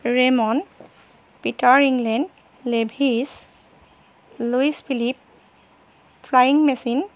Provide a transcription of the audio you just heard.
Raymond Peter England Lewis Louis Philip frying machine